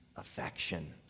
affection